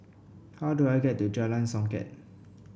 how do I get to Jalan Songket